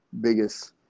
biggest